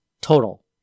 total